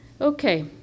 okay